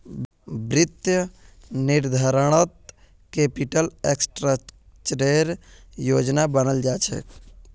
वित्तीय निर्धारणत कैपिटल स्ट्रक्चरेर योजना बनाल जा छेक